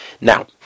Now